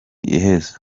iheze